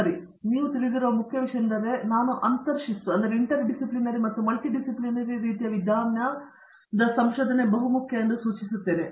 ಆದ್ದರಿಂದ ನೀವು ತಿಳಿದಿರುವ ಮುಖ್ಯ ವಿಷಯವೆಂದರೆ ನಾನು ಅಂತರ ಶಿಸ್ತಿನ ಮತ್ತು ಮಲ್ಟಿಡಿಸಿಪ್ಲಿನರಿ ರೀತಿಯ ವಿಧಾನವನ್ನು ಬಹಳ ಮುಖ್ಯ ಎಂದು ಸೂಚಿಸಿದೆ